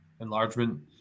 enlargement